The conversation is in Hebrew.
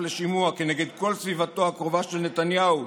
לשימוע כנגד כל סביבתו הקרובה של נתניהו,